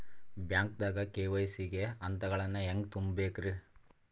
ಬ್ಯಾಂಕ್ದಾಗ ಕೆ.ವೈ.ಸಿ ಗ ಹಂತಗಳನ್ನ ಹೆಂಗ್ ತುಂಬೇಕ್ರಿ?